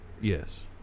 Yes